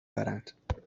دارند